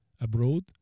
abroad